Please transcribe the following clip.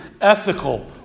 ethical